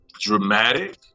dramatic